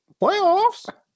Playoffs